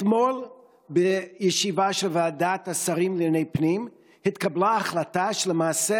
אתמול בישיבה של ועדת השרים לענייני פנים התקבלה החלטה שלמעשה,